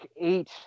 eight